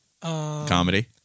Comedy